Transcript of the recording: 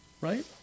Right